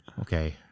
Okay